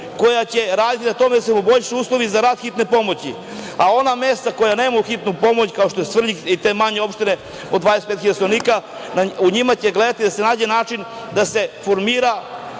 koja će raditi na tome da se poboljšaju uslovi za rad hitne pomoći. Ona mesta koja nemaju hitnu pomoć, kao što je Svrljig i te manje opštine od 25.000 stanovnika, u njima će gledati da se nađe način da se formira